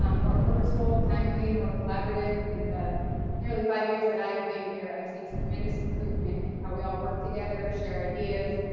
um more purposeful, timely, more collaborative. in the nearly five years that i've been here i've seen tremendous improvement in and how we all work together, share ideas,